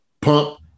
pump